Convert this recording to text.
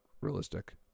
realistic